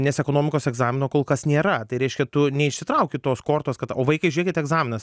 nes ekonomikos egzamino kol kas nėra tai reiškia tu neišsitrauki tos kortos kad o vaikai žiūrėkit egzaminas